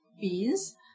beans